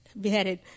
beheaded